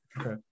Okay